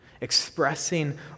Expressing